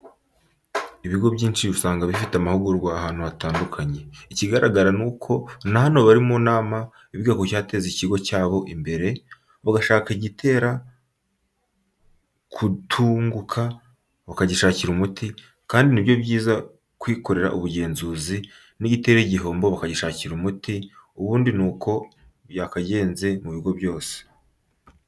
Ibigo byinshi usanga bifite amahugurwa ahantu hatandukanye, ikigaragara nuko na hano bari mu nama biga ku cyateza ikigo cyabo imbere, bagashaka igitera kutunguka bakagishakira umuti kandi ni byo byiza kwikorera ubugenzuzi n'igitera igihombo bakagishakira umuti ubundi nuko byakagenze mu bigo byose.